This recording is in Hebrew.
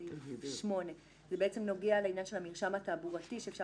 סעיף 8 בנוגע למרשם התעבורתי שאפשר